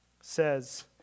says